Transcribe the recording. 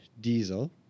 Diesel